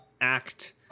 act